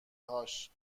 هاش